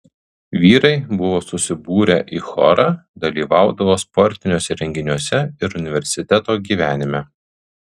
vyrai buvo susibūrę į chorą dalyvaudavo sportiniuose renginiuose ir universiteto gyvenime